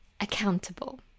Accountable